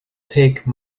take